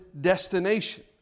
destination